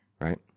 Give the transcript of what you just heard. right